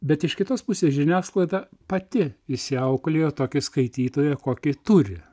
bet iš kitos pusės žiniasklaida pati išsiauklėjo tokį skaitytoją kokį turi